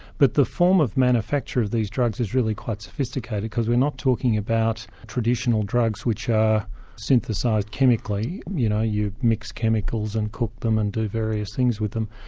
but the form of manufacture of these drugs is really quite sophisticated because we're not talking about traditional drugs which are synthesised chemically, you know, you mix chemicals and cook them and do various things with them,